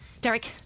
Derek